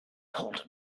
pulled